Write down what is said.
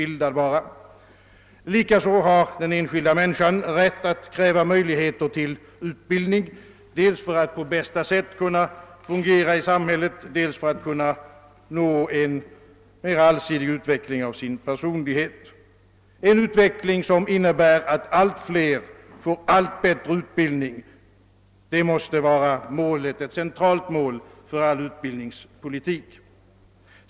Likaså har den enskilda människan rätt att kräva möjligheter till utbildning, dels för att på bästa sätt kunna fungera i samhället, dels för att kunna nå en mera allsidig utveckling av sin personlighet. En utveckling som innebär att allt fler får allt bättre utbildning måste vara ett centralt mål för all utbildningspolitik.